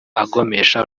agomesha